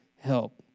help